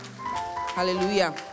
hallelujah